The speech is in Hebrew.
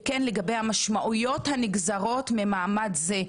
וכן לגבי המשמעויות הנגזרות ממעמד זה,